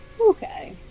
Okay